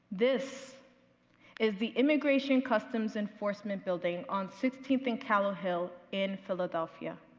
this is the immigration customs enforcement building on sixteenth and callihill in philadelphia.